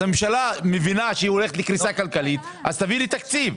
והממשלה תבין שהיא הולכת לקריסה כלכלית ואז היא תביא תקציב.